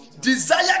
Desire